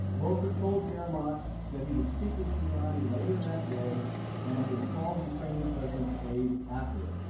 volker told yermak that he would speak with giuliani later that day and would call the ukrainian president ate afterward.